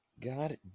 God